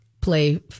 Play